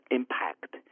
impact